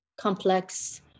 complex